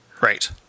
Right